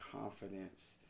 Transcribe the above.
confidence